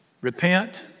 Repent